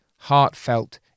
heartfelt